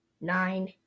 nine